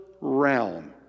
realm